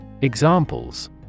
Examples